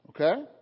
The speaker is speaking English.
Okay